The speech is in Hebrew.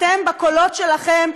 אתם, בקולות שלכם.